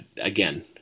again